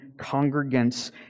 congregants